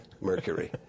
Mercury